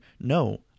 No